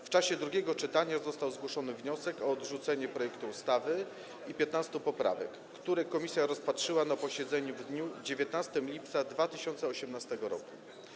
W czasie drugiego czytania został zgłoszony wniosek o odrzucenie projektu ustawy i 15 poprawek, które komisja rozpatrzyła na posiedzeniu w dniu 19 lipca 2018 r.